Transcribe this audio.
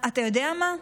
אתה יודע מה?